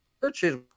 churches